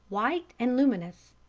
white and luminous.